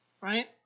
Right